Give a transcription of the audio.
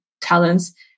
talents